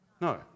No